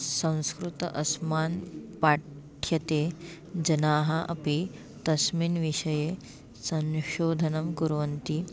संस्कृतं अस्मान् पाठ्यते जनाः अपि तस्मिन् विषये संशोधनं कुर्वन्ति